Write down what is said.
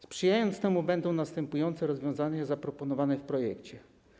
Sprzyjać temu będą następujące rozwiązania zaproponowane w projekcie.